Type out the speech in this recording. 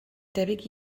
debyg